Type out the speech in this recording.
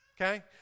okay